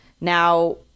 Now